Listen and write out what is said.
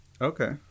okay